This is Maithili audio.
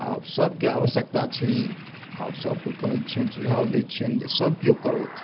आब सभके आवश्यकता छै ई आब सभके कहैत छियनि सुझाब दैत छियनि सभकियो करथु